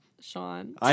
Sean